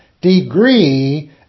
degree